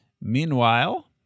Meanwhile